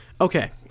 Okay